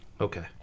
okay